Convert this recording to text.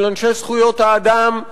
של אנשי זכויות אדם,